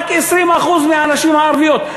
רק 20% מהנשים הערביות.